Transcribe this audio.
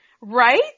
Right